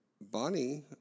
Bonnie